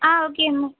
ஆ okay